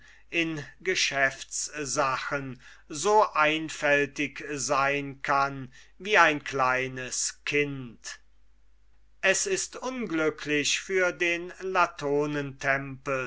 in geschäftssachen so einfältig sein kann wie ein kleines kind es ist unglücklich für den